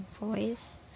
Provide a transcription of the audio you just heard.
voice